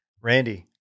Randy